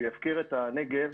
והוא יפקיר את הנגב